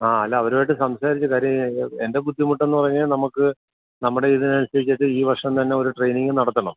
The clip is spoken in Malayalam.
ആ അല്ല അവരുമായിട്ട് സംസാരിച്ചു കാര്യം എൻ്റെ ബുദ്ധിമുട്ടെന്ന് പറഞ്ഞാൽ നമുക്ക് നമ്മുടെ ഇതിന് അനുസരിച്ചിട്ട് ഈ വർഷം തന്നെ ഒരു ട്രേയ്നിങ്ങ് നടത്തണം